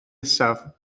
nesaf